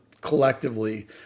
collectively